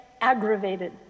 aggravated